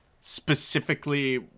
specifically